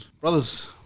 brothers